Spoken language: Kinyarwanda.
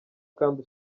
kandi